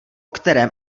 kterém